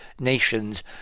nations